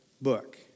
book